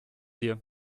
dir